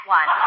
one